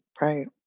right